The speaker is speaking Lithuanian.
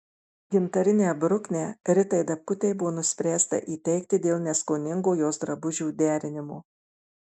gintarinę bruknę ritai dapkutei buvo nuspręsta įteikti dėl neskoningo jos drabužių derinimo